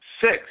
six